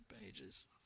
pages